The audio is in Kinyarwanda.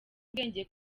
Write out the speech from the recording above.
ubwenge